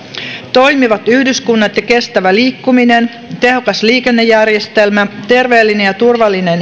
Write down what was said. toimivat yhdyskunnat ja kestävä liikkuminen tehokas liikennejärjestelmä terveellinen ja turvallinen